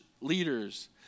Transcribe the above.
leaders